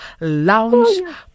lounge